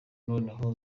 noneho